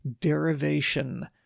derivation